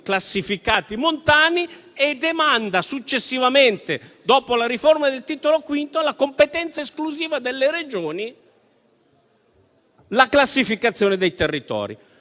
classificati montani e demanda successivamente, dopo la riforma del Titolo V, alla competenza esclusiva delle Regioni la classificazione dei territori.